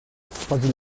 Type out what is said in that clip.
fuzzy